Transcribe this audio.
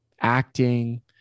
acting